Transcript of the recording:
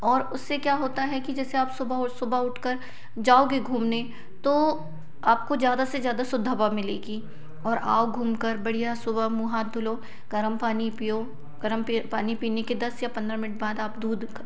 और उससे क्या होता है कि जैसे आप सुबह और सुबह उठकर जाओगे घूमने तो आपको ज़्यादा से ज़्यादा शुद्ध हवा मिलेगी और आओ घूमकर बढ़िया सुबह मुँह हाथ धोलो गर्म पानी पीयो गर्म पी पानी पीने के दस या पंद्रह मिंट बाद आप दूध